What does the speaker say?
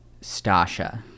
Stasha